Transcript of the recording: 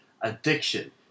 addiction